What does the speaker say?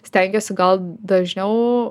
stengiesi gal dažniau